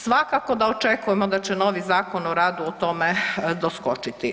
Svakako da očekujemo da će novi Zakon o radu tome doskočiti.